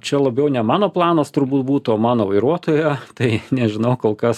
čia labiau ne mano planas turbūt būtų o mano vairuotojo tai nežinau kol kas